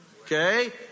Okay